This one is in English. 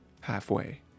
halfway